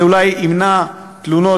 זה אולי ימנע תלונות.